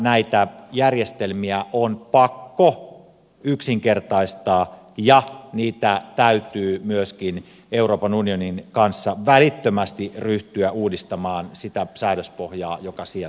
näitä järjestelmiä on pakko yksinkertaistaa ja niitä täytyy myöskin euroopan unionin kanssa välittömästi ryhtyä uudistamaan sitä säädöspohjaa joka sieltä tulee